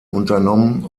unternommen